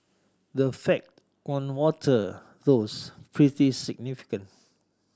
the effect on water thus pretty significant